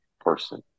person